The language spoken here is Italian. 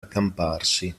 accamparsi